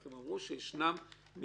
הם רק אמרו שישנם מקרים